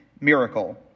miracle